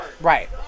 right